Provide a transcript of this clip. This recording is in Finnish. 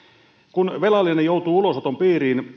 kun velallinen joutuu ulosoton piiriin